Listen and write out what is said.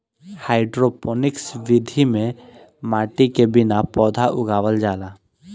hydroponics विधि में माटी के बिना पौधा उगावल जाला